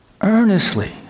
earnestly